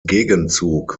gegenzug